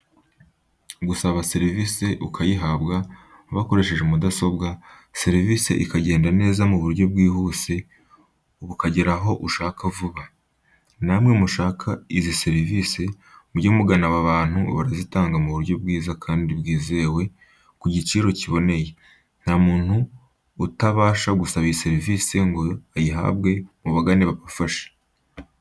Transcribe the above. Gusaba serivise ukayihabwa bakoresheje mudasobwa, serivise ikagenda neza mu buryo bwihuse bukagera aho ushaka vuba, namwe mushaka izi serivise mujye mugana aba bantu barazitanga mu buryo bwiza kandi bwizewe ku giciro kiboneye, nta muntu utabasha gusaba iyi serivise ngo ayihabwe mubagane babafashe.